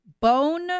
bone